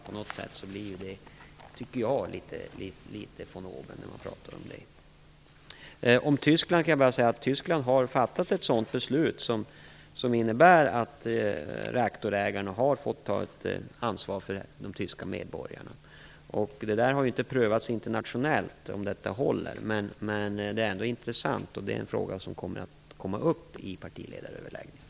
På något sätt tycker jag att det blir litet von oben. Tyskland har fattat ett beslut som innebär att reaktorägarna har fått ta ett ansvar för de tyska medborgarna. Det har inte prövats internationellt om detta håller, men det är ändå intressant, och det är en fråga som kommer att komma upp i partiledaröverläggningarna.